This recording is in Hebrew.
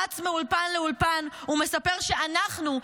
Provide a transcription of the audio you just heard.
רץ מאולפן לאולפן ומספר שאנחנו,